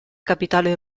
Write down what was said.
capitale